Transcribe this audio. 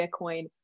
Bitcoin